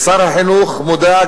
ושר החינוך מודע,